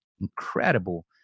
Incredible